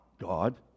god